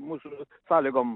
mūsų sąlygom